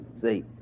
see